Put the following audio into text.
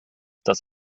das